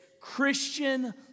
Christian